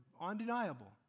undeniable